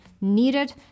needed